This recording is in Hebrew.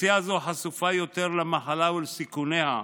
אוכלוסייה זו חשופה יותר למחלה ולסיכוניה,